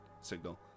signal